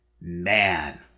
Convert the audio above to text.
Man